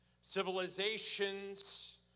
civilizations